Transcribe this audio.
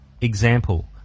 Example